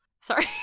sorry